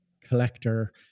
collector